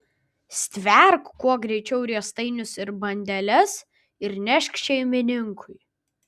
stverk kuo greičiau riestainius ir bandeles ir nešk šeimininkui